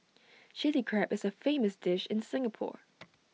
Chilli Crab is A famous dish in Singapore